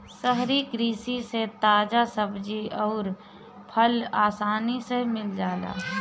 शहरी कृषि से ताजा सब्जी अउर फल आसानी से मिल जाला